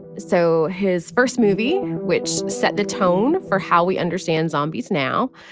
so his first movie, which set the tone for how we understand zombies now,